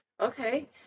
Okay